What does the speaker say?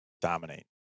dominate